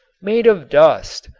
made of dust!